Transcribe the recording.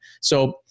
So-